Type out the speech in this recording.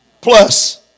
plus